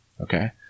Okay